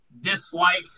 dislike